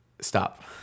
Stop